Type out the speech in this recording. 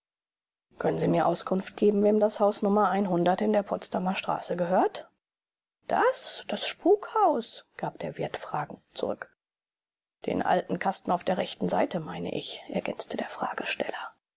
können sie mir auskunft geben wem das haus nummer einhundert in der potsdamer straße gehört das das spukhaus gab der wirt fragend zurück den alten kasten auf der rechten seite meine ich ergänzte der fragesteller